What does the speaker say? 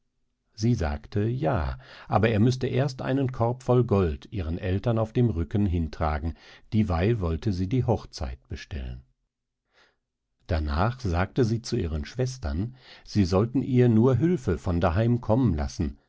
sie sagte ja aber er müßte erst einen korb voll gold ihren eltern auf dem rücken hintragen dieweil wollte sie die hochzeit bestellen darnach sagte sie zu ihren schwestern sie sollten ihr nur hülfe von daheim kommen lassen